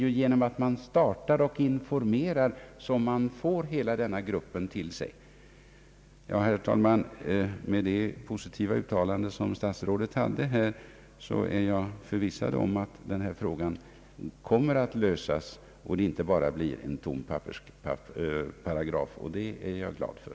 Det är genom att starta kurserna och informera om dem som man kan dra till sig hela denna grupp. Herr talman! Efter statsrådets positiva uttalande är jag förvissad om att den här frågan kommer att lösas, så att vad som gäller inte blir bara en tom paragraf, och det är jag glad för.